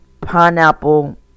pineapple